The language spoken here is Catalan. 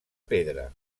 pedra